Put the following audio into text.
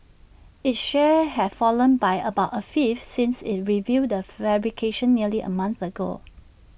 its shares have fallen by about A fifth since IT revealed the fabrication nearly A month ago